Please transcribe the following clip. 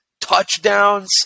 touchdowns